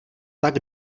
tak